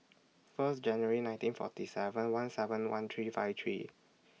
First January nineteen forty seven one seven one three five three